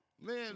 Man